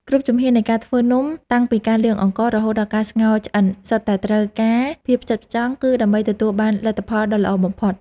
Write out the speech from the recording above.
គ្រប់ជំហាននៃការធ្វើនំតាំងពីការលាងអង្កររហូតដល់ការស្ងោរឆ្អិនសុទ្ធតែត្រូវការភាពផ្ចិតផ្ចង់ គឺ ដើម្បីទទួលបានលទ្ធផលដ៏ល្អបំផុត។